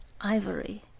ivory